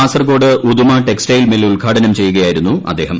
Kasaragod Uduma textile mill ഉദ്ദ്ഘാടനം ചെയ്യുകയായിരുന്നു അദ്ദേഹം